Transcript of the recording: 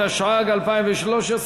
התשע"ג 2013,